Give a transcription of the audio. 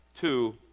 two